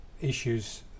issues